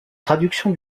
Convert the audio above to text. traductions